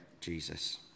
Jesus